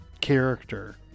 character